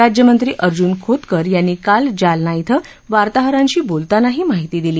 राज्यमंत्री अर्जुन खोतकर यांनी काल जालना क्वे वार्ताहरांशी बोलताना ही माहिती दिली